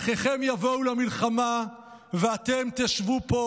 "האחיכם יבֹאו למלחמה ואתם תשבו פה?"